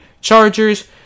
Chargers